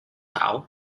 thảo